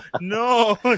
no